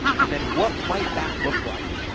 and then what might that look like?